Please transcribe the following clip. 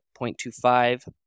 0.25